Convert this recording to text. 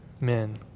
men